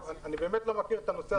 אני באמת לא מכיר את הנושא הזה.